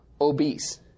obese